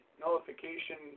nullification